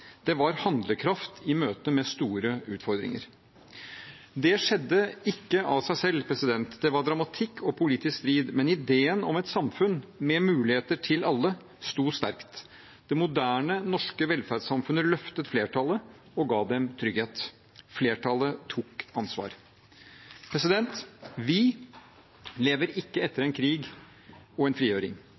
Det var handlekraft i møte med store utfordringer. Det skjedde ikke av seg selv. Det var dramatikk og politisk strid, men ideen om et samfunn med muligheter til alle sto sterkt. Det moderne norske velferdssamfunnet løftet flertallet og ga dem trygghet. Flertallet tok ansvar. Vi lever ikke etter en krig og en frigjøring,